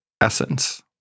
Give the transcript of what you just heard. essence